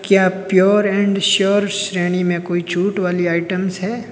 क्या pure and sure श्रेणी में कोई छूट वाली आइटम्स है